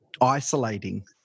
isolating